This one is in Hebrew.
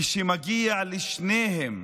ושמגיעה לשניהם